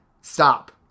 stop